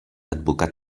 advocat